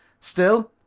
still,